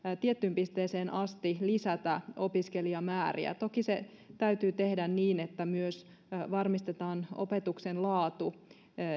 tiettyyn pisteeseen asti lisätä opiskelijamääriä toki se täytyy tehdä niin että myös varmistetaan opetuksen laatu